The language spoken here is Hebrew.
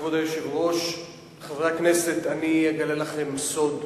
כבוד היושב-ראש, חברי הכנסת, אני אגלה לכם סוד: